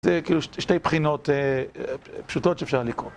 זה כאילו שתי בחינות פשוטות שאפשר לקרוא.